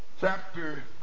Chapter